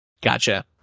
Gotcha